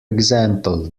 example